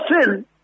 sin